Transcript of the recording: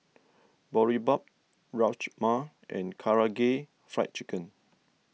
Boribap Rajma and Karaage Fried Chicken